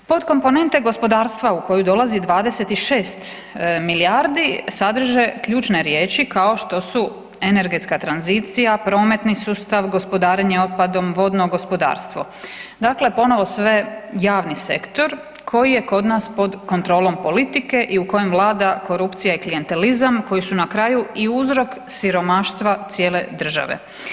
Pod komponente gospodarstva u koju dolazi 26 milijardi sadrže ključne riječi kao što su energetska tranzicija, prometni sustav, gospodarenje otpadom, vodno gospodarstvo, dakle ponovo sve javni sektor koji je kod nas pod kontrolom politike i u kojem vlada korupcija i klijentelizam koji su na kraju i uzrok siromaštva cijele države.